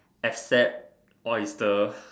except oyster